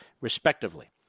respectively